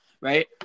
right